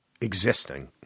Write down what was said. existing